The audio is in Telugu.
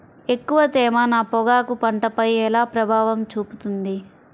ఎక్కువ తేమ నా పొగాకు పంటపై ఎలా ప్రభావం చూపుతుంది?